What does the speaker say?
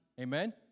Amen